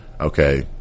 Okay